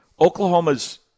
Oklahoma's